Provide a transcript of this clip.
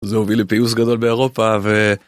זה הוביל לפיוס גדול באירופה ו...